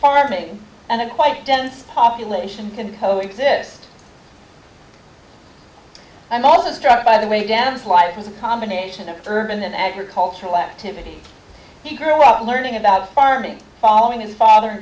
farming and quite dense population can co exist i'm also struck by the way down is life is a combination of urban and agricultural activity you grew up learning about farming following his father